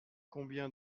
combien